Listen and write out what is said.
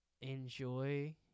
enjoy